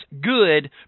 good